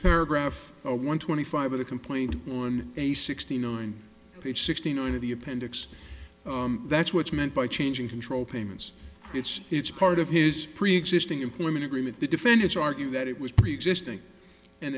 paragraph one twenty five of the complaint on a sixty nine page sixty nine of the appendix that's what's meant by changing control payments it's it's part of his preexisting employment agreement the defendants argue that it was preexisting and